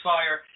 Fire